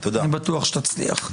אני בטוח שאתה תצליח.